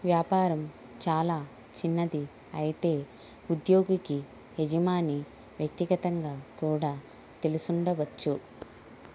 వ్యాపారం చాలా చిన్నది అయితే ఉద్యోగికి యజమాని వ్యక్తిగతంగా కూడా తెలిసి ఉండవచ్చు